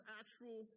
actual